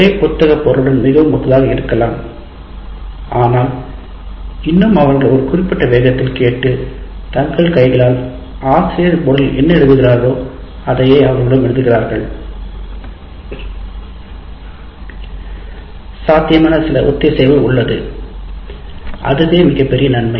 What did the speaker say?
உரை புத்தகப் பொருளுடன் மிகவும் ஒத்ததாக இருக்கலாம் ஆனால் இன்னும் அவர்கள் ஒரு குறிப்பிட்ட வேகத்தில் கேட்டு தங்கள் கைகளால் ஆசிரியர் போர்டில் என்ன எழுதுகிறார்களோ அதையே அவர்களும் எழுதுகிறார்கள் சாத்தியமான சில ஒத்திசைவு உள்ளது அதுவே மிகப்பெரிய நன்மை